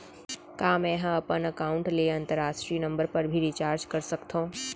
का मै ह अपन एकाउंट ले अंतरराष्ट्रीय नंबर पर भी रिचार्ज कर सकथो